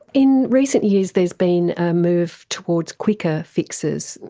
in recent years there's been a move towards quicker fixes,